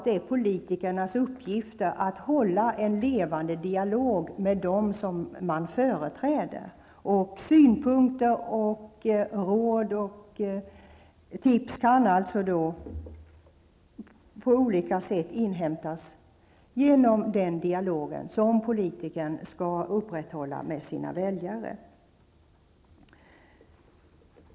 Det är politikernas uppgift att hålla en levande dialog med dem som man företräder. Synpunkter, råd och tips kan på olika sätt inhämtas genom den dialog som politikerna skall upprätthålla med sina väljare.